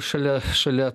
šalia šalia